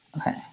Okay